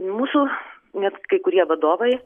mūsų net kai kurie vadovai